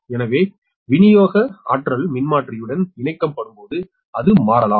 எனவே விநியோக சக்தி மின்மாற்றியுடன் இணைக்கப்படும்போது அது மாறலாம்